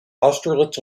austerlitz